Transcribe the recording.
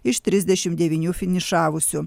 iš trisdešim devynių finišavusių